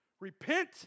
repent